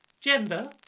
gender